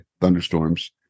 thunderstorms